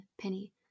penny